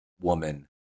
woman